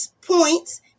points